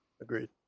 Agreed